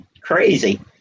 crazy